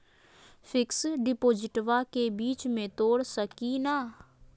Fix डिपोजिटबा के बीच में तोड़ सकी ना?